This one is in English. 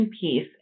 piece